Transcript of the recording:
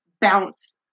bounce